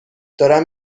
دارم